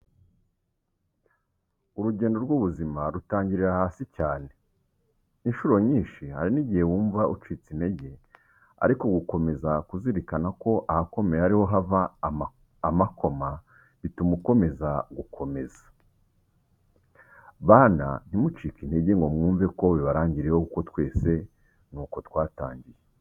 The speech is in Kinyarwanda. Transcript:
Urugendo rw'ubuzima rutangirira hasi cyane! Incuro nyinshi hari n'igihe wumva ucitse intege, ariko gukomeza kuzirikana ko ahakomeye ariho hava amakoma bituma ukomeza gukomeza. Bana, ntimugacike intege ngo mwumve ko bibarangiriyeho kuko twese ni uko twatangiye.